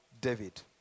David